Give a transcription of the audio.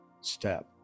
step